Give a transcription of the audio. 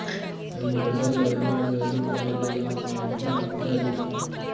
మేము బజార్లో ఏనాడు ఎరువు కొనేదేలా మా ఇంట్ల ఉండాదిగా